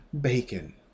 Bacon